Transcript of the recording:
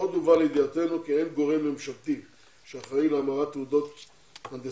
עוד הובא לידיעתנו כי אין גורם ממשלתי שאחראי להמרת תעודות הנדסאים.